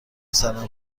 سرم